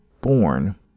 born